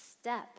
step